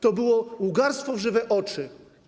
To było łgarstwo w żywe oczy.